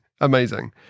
Amazing